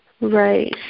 Right